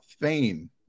fame